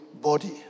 body